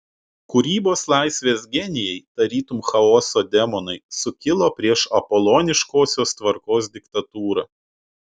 kūrybos laisvės genijai tarytum chaoso demonai sukilo prieš apoloniškosios tvarkos diktatūrą